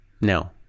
No